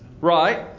Right